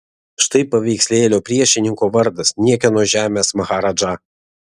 štai paveikslėlio priešininko vardas niekieno žemės maharadža